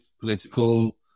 political